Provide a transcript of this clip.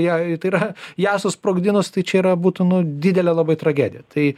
jei tai yra ją susprogdinus tai čia yra būtų nu didelė labai tragedija tai